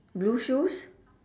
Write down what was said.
blue shoes